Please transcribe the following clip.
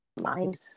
mind